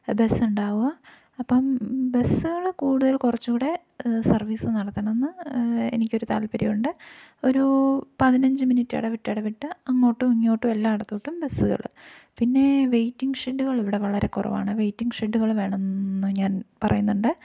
bus ഉണ്ടാവുക അപ്പോള് ബസ്സുകള് കൂടുതൽ കുറച്ചുകൂടെ സർവീസ് നടത്തണമെന്ന് എനിക്കൊരു താൽപ്പര്യമുണ്ട് ഒരൂ പതിനഞ്ച് മിനിറ്റ് ഇടവിട്ട് ഇടവിട്ട് അങ്ങോട്ടും ഇങ്ങോട്ടും എല്ലാ ഇടത്തോട്ടും ബസ്സുകള് പിന്നേ വെയ്റ്റിംഗ് ഷെഡ്ഡുകള് ഇവിടെ വളരെ കുറവാണ് വെയ്റ്റിംഗ് ഷെഡ്ഡുകള് വേണമെന്ന് ഞാൻ പറയുന്നുണ്ട്